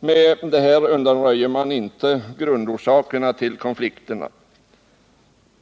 Med sådana undanröjer man inte grundorsakerna till konflikterna.